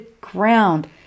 ground